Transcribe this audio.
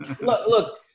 look